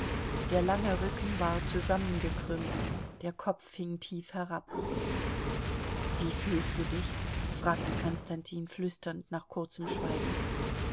der lange rücken war zusammengekrümmt der kopf hing tief herab wie fühlst du dich fragte konstantin flüsternd nach kurzem schweigen